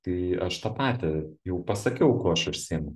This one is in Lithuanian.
tai aš tą patį jau pasakiau kuo aš užsiimu